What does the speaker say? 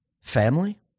family